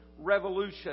revolution